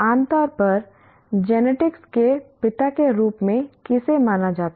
आमतौर पर जेनेटिक्स के पिता के रूप में किसे माना जाता है